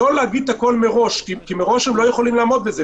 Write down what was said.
שלאחר מכן יהיה הסדר כמובן הרבה יותר מפורט ויובא לאישורם של הנושים.